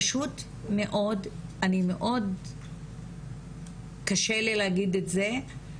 פשוט אני מאוד קשה לי להגיד את זה,